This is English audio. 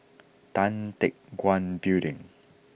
Tan Teck Guan Building